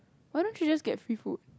why don't you just get free food